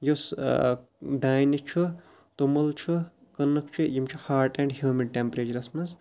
یُس دانہِ چھُ توٚمُل چھُ کٕنٕک چھِ یِم چھِ ہاٹ اینٛڈ ہیوٗمِڈ ٹٮ۪مپریچَرَس منٛز